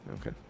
Okay